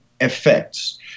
effects